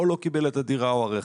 או לא קיבל את הדירה או הרכב,